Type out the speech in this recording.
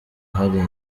hari